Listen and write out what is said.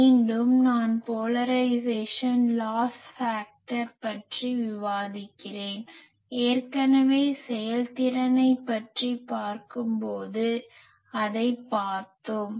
மீண்டும் நான் polarisation loss factor துருவமுனைப்பு இழப்பு காரணி பற்றி விவாதிக்கிறேன் ஏற்கனவே செயல்திறனை பற்றி பார்க்கும் போது அதைப் பார்த்தோம்